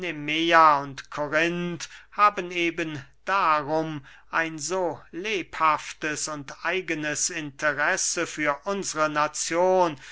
nemea und korinth haben eben darum ein so lebhaftes und eigenes interesse für unsre nazion